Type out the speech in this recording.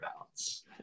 balance